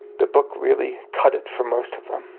the book really cut it for most of them.